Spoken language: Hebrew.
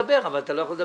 ואין לנו שוב בעיה.